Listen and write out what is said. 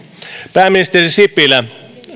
pääministeri sipilä